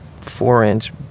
four-inch